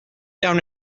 down